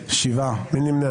הצבעה לא אושרו.